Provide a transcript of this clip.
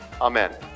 Amen